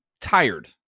tired